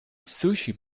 sushi